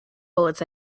bullets